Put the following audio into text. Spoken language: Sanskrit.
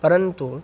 परन्तु